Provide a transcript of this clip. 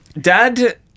Dad